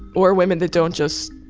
or women that don't just,